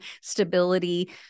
stability